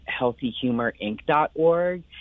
healthyhumorinc.org